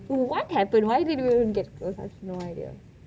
what happened why did they even get close I have no idea